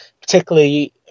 particularly